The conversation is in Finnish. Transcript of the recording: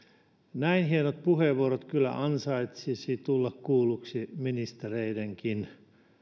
näin hienot puheenvuorot kyllä ansaitsisivat tulla ministereidenkin kuulluiksi